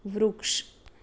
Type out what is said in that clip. વૃક્ષ